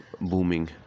booming